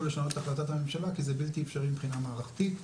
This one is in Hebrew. לשנות את החלטת הממשלה כי זה בלתי אפשרי מבחינה מערכתית.